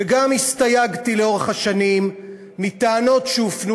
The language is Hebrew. וגם הסתייגתי לאורך השנים מטענות שהופנו